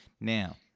Now